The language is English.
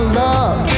love